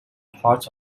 part